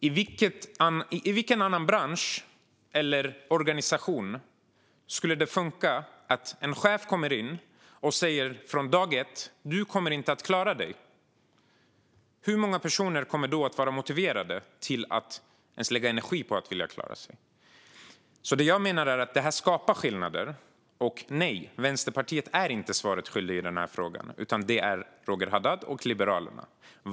I vilken annan bransch eller organisation skulle det funka att en chef kommer in och från dag ett säger att en person inte kommer att klara sig? Hur många personer kommer då att vara motiverade att lägga energi på att vilja klara sig? Jag menar att detta skapar skillnader. Nej, Vänsterpartiet är inte svaret skyldigt i denna fråga, utan det är Roger Haddad och Liberalerna.